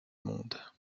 monde